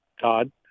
Todd